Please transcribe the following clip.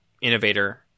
innovator